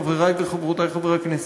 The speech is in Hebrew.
חברי וחברותי חברי הכנסת: